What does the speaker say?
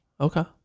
Okay